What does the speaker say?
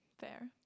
fair